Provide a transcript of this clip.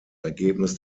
ergebnis